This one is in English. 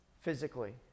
Physically